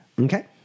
Okay